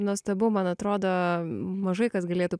nuostabu man atrodo mažai kas galėtų